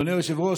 אדוני היושב-ראש,